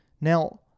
Now